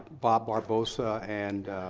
bob barbosa, and